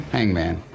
Hangman